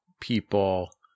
people